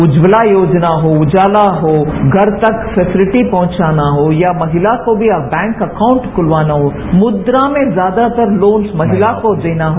उज्जवला योजना हो उजाला हो घर तक फ्रेसिलिटी पहचाना हो या महिला को भी बैंक अकाउंट खुलवाना हो मुद्रा में ज्यादातर लोन महिला को देना हो